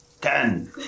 Ten